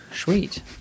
Sweet